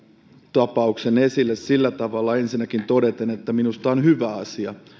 tapauksen esille sillä tavalla ensinnäkin todeten että minusta on hyvä asia